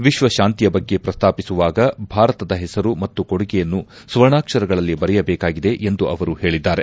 ವಿಶ್ವ ಶಾಂತಿಯ ಬಗ್ಗೆ ಪ್ರಸ್ತಾಪಿಸುವಾಗ ಭಾರತದ ಹೆಸರು ಮತ್ತು ಕೊಡುಗೆಯನ್ನು ಸುವರ್ಣಾಕ್ಷರಗಳಲ್ಲಿ ಬರೆಯಬೇಕಾಗಿದೆ ಎಂದು ಅವರು ಹೇಳಿದ್ದಾರೆ